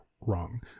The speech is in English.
wrong